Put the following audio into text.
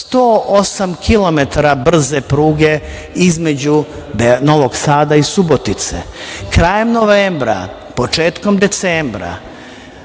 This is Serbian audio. brze pruge između Novog Sada i Subotice. Krajem novembra, početkom decembra